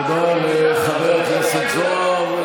תודה לחבר הכנסת זוהר.